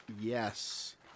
yes